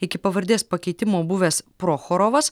iki pavardės pakeitimo buvęs prochorovas